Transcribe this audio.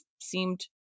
seemed